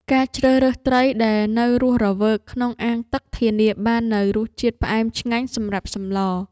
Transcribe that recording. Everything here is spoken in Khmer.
ការជ្រើសរើសត្រីដែលនៅរស់រវើកក្នុងអាងទឹកធានាបាននូវរសជាតិផ្អែមឆ្ងាញ់សម្រាប់សម្ល។